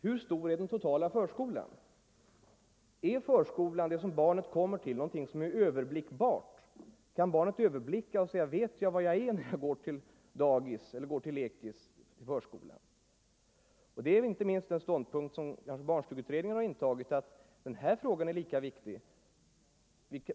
Är dagis eller lekis som barnet kommer till någonting som är överblickbart? Inte minst barnstugeutredningen har intagit den ståndpunkten att den totala storleken på institutionen är minst lika viktig som frågan om hur stor grupp barnet skall vara i.